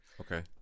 okay